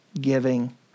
giving